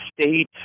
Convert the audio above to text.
state